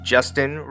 Justin